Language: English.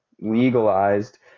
legalized